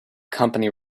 company